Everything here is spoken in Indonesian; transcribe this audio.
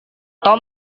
tom